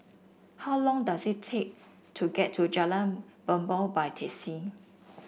how long does it take to get to Jalan Bumbong by taxi